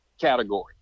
category